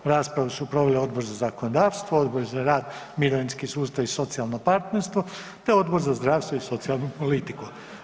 Raspravu su proveli Odbor za zakonodavstvo, Odbor za rad, mirovinski sustav i socijalno partnerstvo te Odbor za zdravstvo i socijalnu politiku.